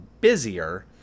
busier